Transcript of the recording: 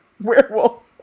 Werewolf